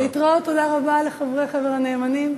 להתראות, תודה לחברי חבר הנאמנים,